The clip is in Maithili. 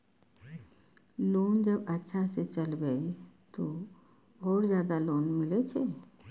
लोन जब अच्छा से चलेबे तो और ज्यादा लोन मिले छै?